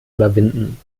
überwinden